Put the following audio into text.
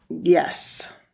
Yes